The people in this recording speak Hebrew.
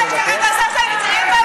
אתה השתגעת, השר שטייניץ?